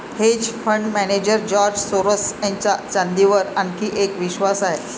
hedge fund manager George Soros यांचा चांदीवर आणखी एक विश्वास आहे